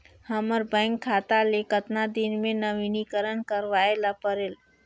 हमर बैंक खाता ले कतना दिन मे नवीनीकरण करवाय ला परेल?